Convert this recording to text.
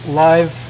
live